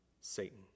Satan